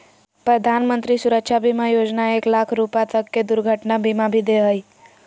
प्रधानमंत्री सुरक्षा बीमा योजना एक लाख रुपा तक के दुर्घटना बीमा भी दे हइ